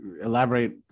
elaborate